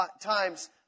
times